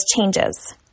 changes